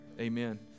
Amen